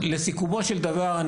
לסיכומו של דבר,